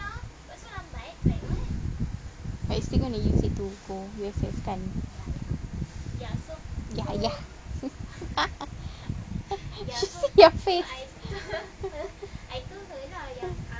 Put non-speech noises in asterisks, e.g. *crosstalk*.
but you still gonna use it to go U_S_S kan ya ya *laughs* she see your face